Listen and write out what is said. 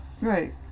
Right